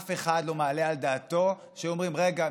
אף אחד לא מעלה על דעתו שהיו אומרים: רגע,